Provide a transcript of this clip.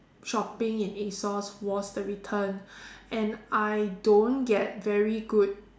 shopping in A_S_O_S was the return and I don't get very good